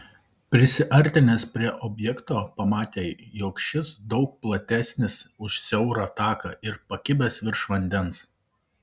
prisiartinęs prie objekto pamatė jog šis daug platesnis už siaurą taką ir pakibęs virš vandens